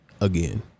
Again